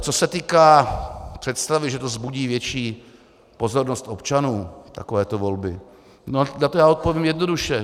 Co se týká představy, že to vzbudí větší pozornost občanů, takovéto volby, na to odpovím jednoduše.